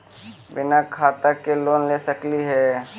बिना खाता के लोन ले सकली हे?